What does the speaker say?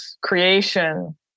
creation